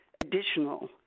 additional